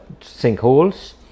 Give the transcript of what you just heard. sinkholes